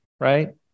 right